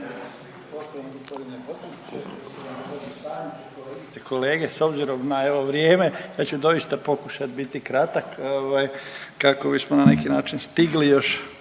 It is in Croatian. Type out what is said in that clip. S obzirom na evo vrijeme ja ću doista pokušati biti kratak kako bismo na neki način stigli još